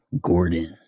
Gordon